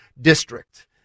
district